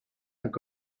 i’ve